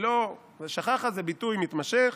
"שככה" זה ביטוי מתמשך.